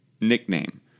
nickname